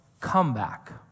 comeback